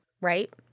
Right